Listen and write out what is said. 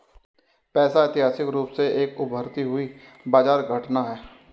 पैसा ऐतिहासिक रूप से एक उभरती हुई बाजार घटना है